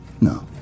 No